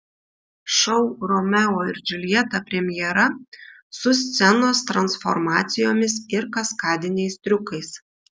šou romeo ir džiuljeta premjera su scenos transformacijomis ir kaskadiniais triukais